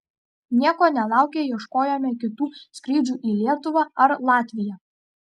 nieko nelaukę ieškojome kitų skrydžių į lietuvą ar latviją